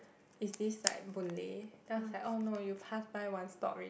is this like Boon Lay then I was like oh no you passed by one stop already